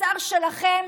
משר שלכם